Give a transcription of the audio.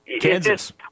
Kansas